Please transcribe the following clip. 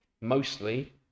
mostly